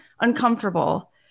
uncomfortable